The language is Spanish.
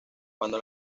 cuando